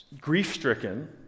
grief-stricken